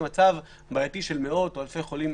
ומצב בעייתי של מאות או אלפי חולים